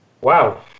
Wow